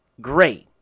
great